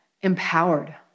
empowered